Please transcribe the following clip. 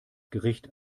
gericht